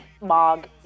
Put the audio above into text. Mog